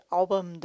album